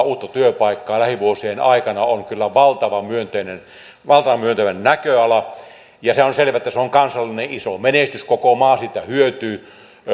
uutta työpaikkaa lähivuosien aikana on kyllä valtavan myönteinen näköala se on selvä että se on kansallinen iso menestys koko maa siitä hyötyy